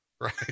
right